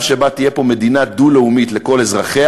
שבו תהיה פה מדינה דו-לאומית לכל אזרחיה,